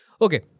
Okay